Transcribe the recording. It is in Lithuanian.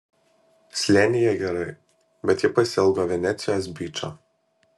slėnyje gerai bet ji pasiilgo venecijos byčo